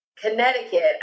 Connecticut